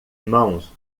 mãos